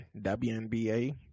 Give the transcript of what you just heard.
WNBA